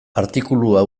artikulua